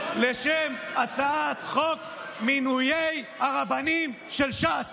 לשם: הצעת חוק מינויי הרבנים של ש"ס.